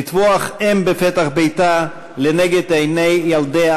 לטבוח אֵם בפתח ביתה לנגד עיני ילדיה